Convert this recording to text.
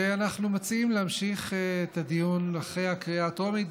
אנחנו מציעים להמשיך את הדיון אחרי הקריאה הטרומית.